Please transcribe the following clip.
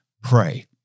pray